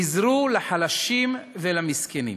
עזרו לחלשים ולמסכנים.